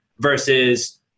versus